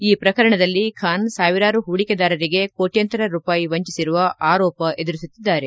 ಈ ಪ್ರಕರಣದಲ್ಲಿ ಖಾನ್ ಸಾವಿರಾರು ಹೂಡಿಕೆದಾರರಿಗೆ ಕೋಟ್ಯಂತರ ರೂಪಾಯಿ ವಂಚಿಸಿರುವ ಆರೋಪ ಎದುರಿಸುತ್ತಿದ್ದಾರೆ